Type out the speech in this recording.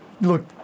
Look